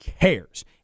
cares